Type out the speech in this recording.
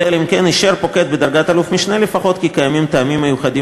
אלא אם כן אישר פוקד בדרגת אלוף-משנה לפחות כי קיימים טעמים מיוחדים,